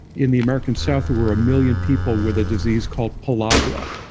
in the american south were a million people with a disease called pellagra.